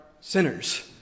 sinners